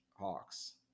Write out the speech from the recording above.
Hawks